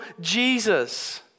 Jesus